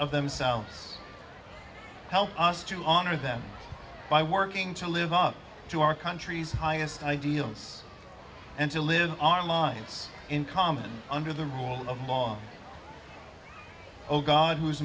of themselves help us to honor them by working to live up to our country's highest ideals and to live our lives in common under the rule of law of god who